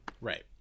Right